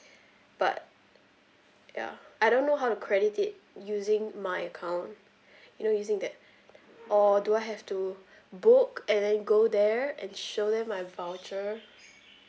but ya I don't know how to credit it using my account you know using that or do I have to book and then go there and show them my voucher